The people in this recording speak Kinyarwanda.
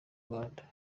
rwanda